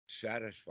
satisfied